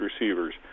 receivers